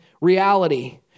reality